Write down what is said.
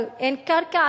אבל אין קרקע,